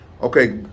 Okay